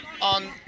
on